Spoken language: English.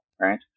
right